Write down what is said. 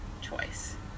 choice